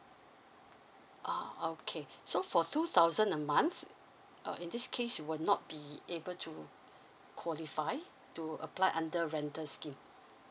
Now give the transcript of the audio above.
ah okay so for two thousand a month uh in this case you will not be able to qualify to apply under rental scheme